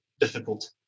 difficult